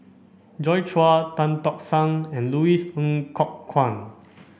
Joi Chua Tan Tock San and Louis Ng Kok Kwang